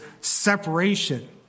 separation